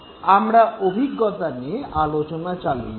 আমরা অভিজ্ঞতা নিয়ে আলোচনা চালিয়ে যাব